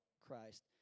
Christ